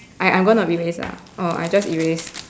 I I'm gonna erase lah oh I just erase